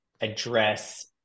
address